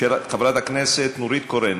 של חברת הכנסת נורית קורן.